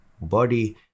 body